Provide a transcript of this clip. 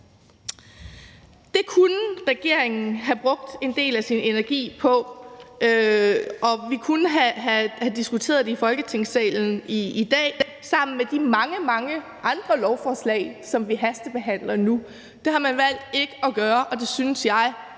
Det kunne regeringen have brugt en del af sin energi på, og vi kunne have diskuteret det i Folketingssalen i dag sammen med de mange, mange andre lovforslag, som vi hastebehandler nu. Det har man valgt ikke at gøre, og det synes jeg